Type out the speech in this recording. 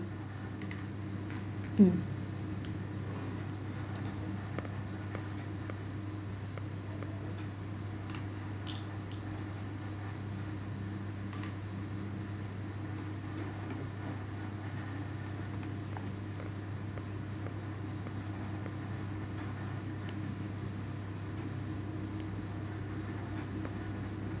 mm